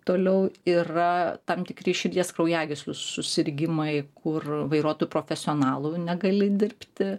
toliau yra tam tikri širdies kraujagyslių susirgimai kur vairuotu profesionalu negali dirbti